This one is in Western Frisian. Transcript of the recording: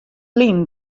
lyn